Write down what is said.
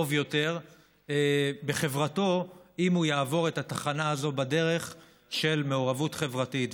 יותר בחברתו אם הוא יעבור בדרך את התחנה הזאת של מעורבות חברתית.